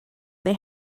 they